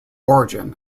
origin